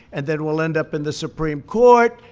and then we'll end up in the supreme court.